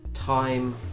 Time